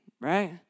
right